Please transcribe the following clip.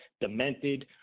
demented